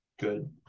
good